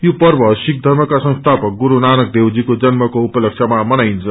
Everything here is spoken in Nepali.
यो पर्व सिख पप्रखा संसीपक गुरू नानक देवजीको जन्मको उपलश्यमा मनाइन्छ